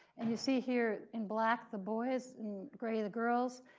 and you see here in black, the boys. in gray, the girls.